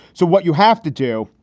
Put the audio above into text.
so what you have to do,